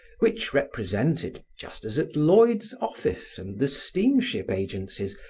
which represented, just as at lloyd's office and the steamship agencies,